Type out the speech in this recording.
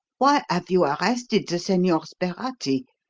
why have you arrested the senor sperati?